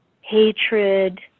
hatred